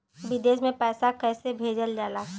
विदेश में पैसा कैसे भेजल जाला?